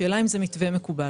השאלה אם זה מתווה מקובל.